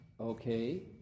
okay